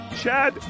chad